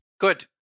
Good